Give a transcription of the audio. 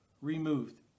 removed